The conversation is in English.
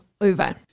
over